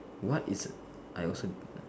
what is I also